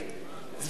זבולון אורלב,